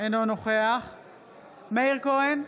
אינו נוכח מאיר כהן,